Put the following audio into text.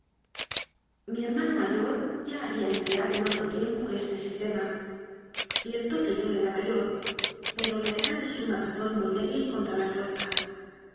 mi hermano mayor ya había em pleado en otro tiempo este sistema cierto que yo ya era mayor pero la edad es una razón muy dé bil contra la fuerza